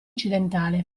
occidentale